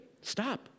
stop